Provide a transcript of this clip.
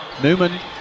Newman